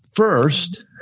First